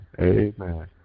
amen